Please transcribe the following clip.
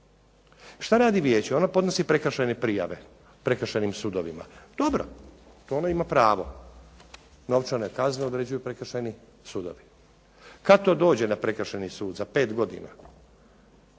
Što radi Vijeće, ono podnosi prekršajne prijave, prekršajnim sudovima, dobro, to ono ima pravo, novčane kazne određuju prekršajni sudovi. Kada to dođe na sud? Za pet godina,